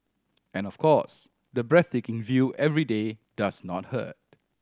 and of course the breathtaking view every day does not hurt